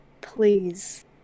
please